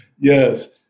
Yes